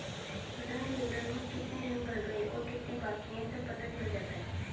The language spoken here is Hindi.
ऋण विवरण में कितने ऋण भर गए और कितने बाकि है सब पता चल जाता है